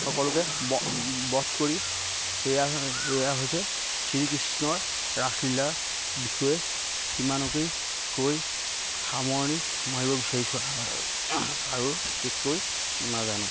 সকলোকে ব বধ কৰি এয়া এয়া হৈছে শ্ৰীকৃষ্ণৰ ৰাসলীলাৰ বিষয়ে সিমানকেই কৈ সামৰণি মাৰিব বিচাৰিছোঁ আৰু একোৱেই নাজানোঁ